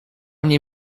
mnie